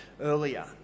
earlier